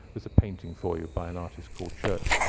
there's a painting for you by an artist called church.